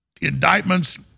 indictments